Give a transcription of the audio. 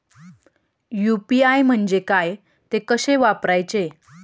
UPI म्हणजे काय, ते कसे वापरायचे?